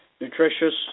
Nutritious